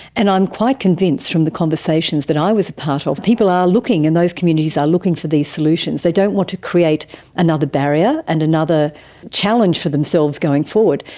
and i'm quite convinced from the conversations that i was a part of, people are looking and those communities are looking for these solutions. they don't want to create another barrier and another challenge for themselves going forward.